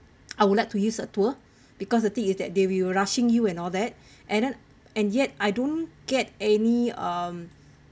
I would like to use a tour because the thing is that they will rushing you and all that and then and yet I don't get any um